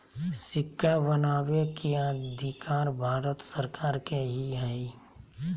सिक्का बनबै के अधिकार भारत सरकार के ही हइ